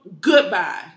Goodbye